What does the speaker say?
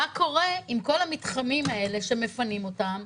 מה קורה עם כל המתחמים האלה שמפנים אותם?